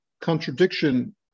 contradiction